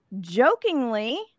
Jokingly